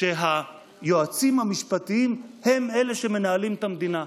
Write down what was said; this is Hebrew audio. שהיועצים המשפטיים הם אלה שמנהלים את המדינה.